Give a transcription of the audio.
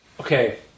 okay